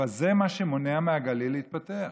אבל זה מה שמונע מהגליל להתפתח,